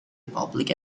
public